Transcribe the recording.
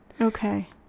Okay